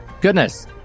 goodness